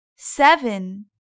Seven